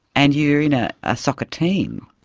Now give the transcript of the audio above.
and you're in a ah soccer team.